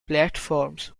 platforms